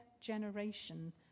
generation